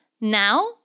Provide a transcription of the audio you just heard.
now